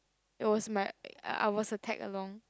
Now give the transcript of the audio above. it was my I was a tag along